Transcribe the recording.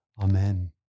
Amen